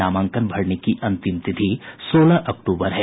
नामांकन भरने की अंतिम तिथि सोलह अक्टूबर है